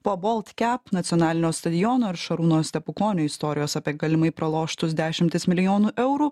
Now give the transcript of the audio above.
po boltkep nacionalinio stadiono ir šarūno stepukonio istorijos apie galimai praloštus dešimtis milijonų eurų